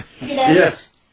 Yes